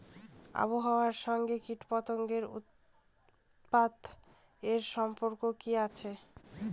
আবহাওয়ার সঙ্গে কীটপতঙ্গের উপদ্রব এর সম্পর্ক কি আছে?